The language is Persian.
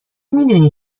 میدونی